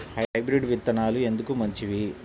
Hybrid విత్తనాలు ఎందుకు మంచివి?